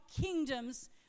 kingdoms